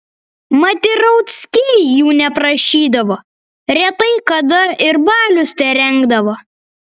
mat ir rauckiai jų neprašydavo retai kada ir balius terengdavo